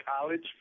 college